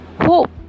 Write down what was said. Hope